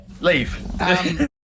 leave